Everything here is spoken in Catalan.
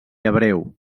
hebreu